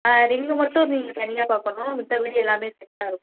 ஆ ring மட்டும் நீங்கள் தனியாக பார்க்கணும் மத்தபடி எல்லாமே செட்டாக இருக்குது